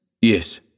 Yes